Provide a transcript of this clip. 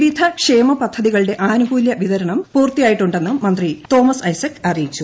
വിവിധ ക്ഷേമപദ്ധതികളുടെ ആനുകൂല്യ വിതരണം പൂർത്തിയായിട്ടുണ്ടെന്നും മന്ത്രി തോമസ് ഐസക് അറിയിച്ചു